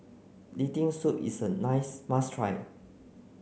Lentil soup is a nice must try